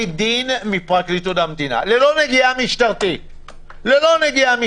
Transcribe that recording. שלא יסגרו דברים